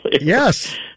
Yes